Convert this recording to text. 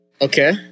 Okay